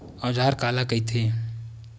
औजार काला कइथे?